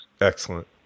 excellent